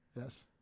Yes